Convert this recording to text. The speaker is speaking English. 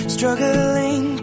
Struggling